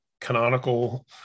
canonical